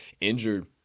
injured